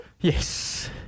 Yes